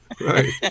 Right